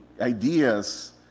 ideas